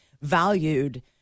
valued